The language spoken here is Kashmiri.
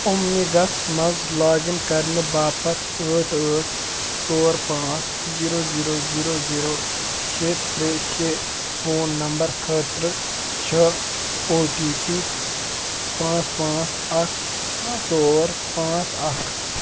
اُمِگَس منٛز لاگ اِن کَرنہٕ باپتھ ٲٹھ ٲٹھ ژور پانٛژھ زیٖرو زیٖرو زیٖرو زیٖرو شےٚ ترٛےٚ شےٚ فون نمبر خٲطرٕ چھےٚ او ٹی پی پانٛژھ پانٛژھ اَکھ ژور پانٛژھ اَکھ